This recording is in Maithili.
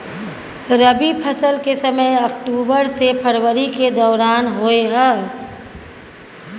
रबी फसल के समय अक्टूबर से फरवरी के दौरान होय हय